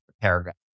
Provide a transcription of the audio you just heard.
paragraph